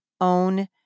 own